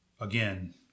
again